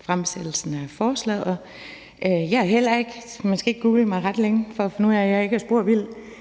fremsættelsen af forslaget. Man skal ikke google mig ret længe for at finde ud af, at jeg ikke er spor vild